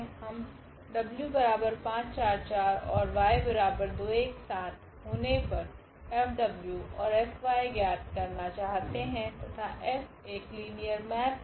हम w 5 4 4 y 2 1 7 होने पर F F ज्ञात करना चाहते है तथा F एक लीनियर मैप है